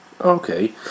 Okay